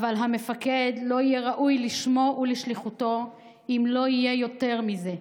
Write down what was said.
אבל המפקד לא יהיה ראוי לשמו ולשליחותו אם לא יהיה יותר מזה,